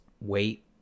wait